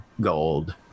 gold